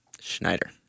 Schneider